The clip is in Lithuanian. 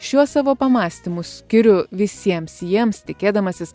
šiuos savo pamąstymus skiriu visiems jiems tikėdamasis